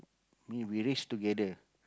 me we live together